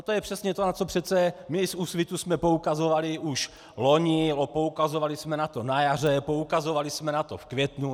To je přesně to, na co přece my z Úsvitu jsme poukazovali už loni, poukazovali jsme na to na jaře, poukazovali jsme na to v květnu.